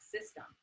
system